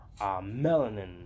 melanin